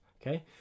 Okay